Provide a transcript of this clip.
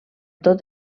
tot